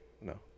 no